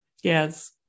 Yes